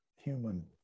human